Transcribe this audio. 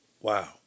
Wow